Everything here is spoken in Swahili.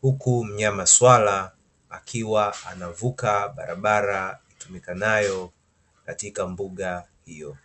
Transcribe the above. huku mnyama swala akiwa anavuka barabara itumikanayo katika mbuga hiyo.